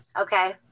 Okay